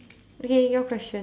okay your question